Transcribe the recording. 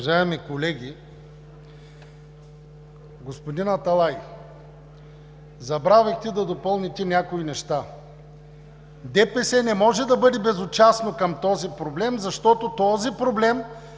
Уважаеми колеги! Господин Аталай, забравихте да допълните някои неща. ДПС не може да бъде безучастно към този проблем, защото той засяга